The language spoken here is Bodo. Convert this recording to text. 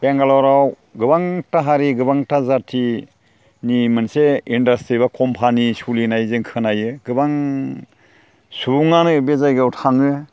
बेंगालराव गोबांथा हारि गोबांथा जाथिनि मोनसे इन्डास्ट्रि एबा कम्पानि सोलिनाय जों खोनायो गोबां सुबुङानो बे जायगायाव थाङो